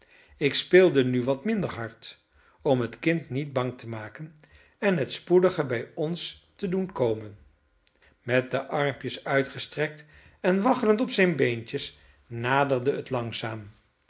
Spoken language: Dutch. ik speelde nu wat minder hard om het kind niet bang te maken en het spoediger bij ons te doen komen met de armpjes uitgestrekt en waggelend op zijn beentjes naderde het langzaam